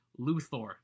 Luthor